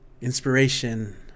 Inspiration